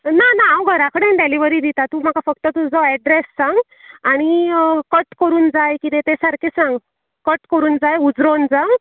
ना ना हांव घरा कडेन डेलीवरी दिता तूं म्हाका फक्त तुजो ऍड्रेस सांग आनी कट करून जाय किरे तें सारके सांग कट करून जाय उजरोन जाय